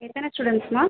எத்தனை ஸ்டூடண்ட்ஸ்ம்மா